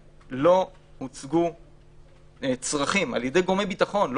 שלא הוצגו צרכים קונקרטיים על ידי גורמי ביטחון,